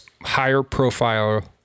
higher-profile